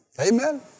Amen